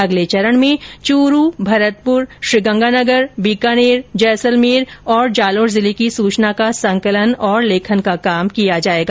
अगले चरण में चूरू भरतपुर गंगानगर बीकानेर जैसलमेर और जालौर जिले की सूचना का संकलन तथा लेखन का कार्य किया जाएगा